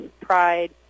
pride